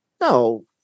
no